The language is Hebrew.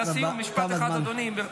תם הזמן.